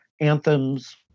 anthems